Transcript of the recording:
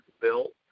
built